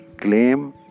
claim